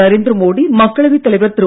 நரேந்திர மோடி மக்களவைத் தலைவர் திரு